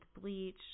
bleach